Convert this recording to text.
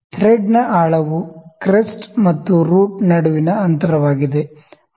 ಥ್ರೆಡ್ನ ಆಳವು ಕ್ರೆಸ್ಟ್ ಮತ್ತು ರೂಟ್ ನಡುವಿನ ಅಂತರವಾಗಿದೆ